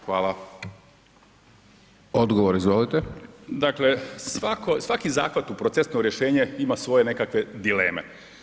Dakle svaki zahvat u procesno rješenje ima svoje nekakve dileme.